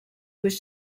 was